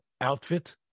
outfit